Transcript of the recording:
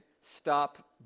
stop